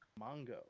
Mongo